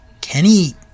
Kenny